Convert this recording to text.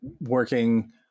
working